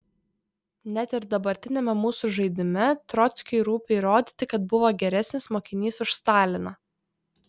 net ir dabartiniame mūsų žaidime trockiui rūpi įrodyti kad buvo geresnis mokinys už staliną